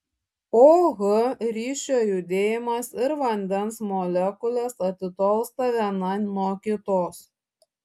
o h ryšio judėjimas ir vandens molekulės atitolsta viena nuo kitos